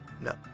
No